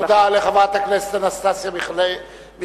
תודה רבה לחברת הכנסת אנסטסיה מיכאלי.